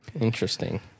Interesting